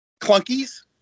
Clunkies